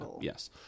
yes